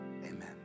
Amen